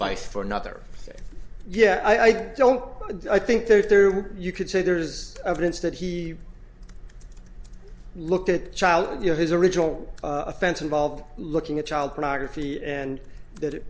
advice for another yeah i don't i think that if there were you could say there's evidence that he looked at the child you know his original offense involved looking at child pornography and that